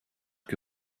que